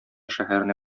шәһәренә